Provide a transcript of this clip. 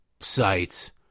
sites